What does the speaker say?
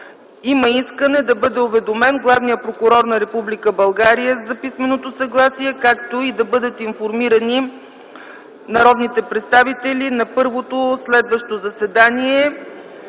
Има искане да бъде уведомен главният прокурор на Република България за писменото съгласие, както и да бъдат информирани народните представители на първото следващо заседание.